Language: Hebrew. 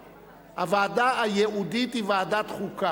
ורווחה, מעמד האשה, ועדת חוקה,